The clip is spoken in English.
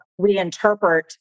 reinterpret